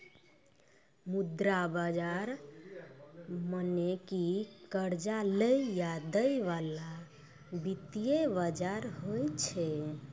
मुद्रा बजार मने कि कर्जा लै या दै बाला वित्तीय बजार होय छै